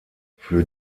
für